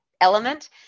element